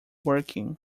working